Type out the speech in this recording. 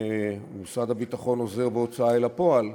משרד הביטחון עוזר בהוצאה אל הפועל,